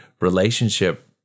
relationship